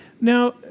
now